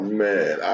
man